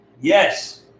Yes